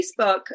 Facebook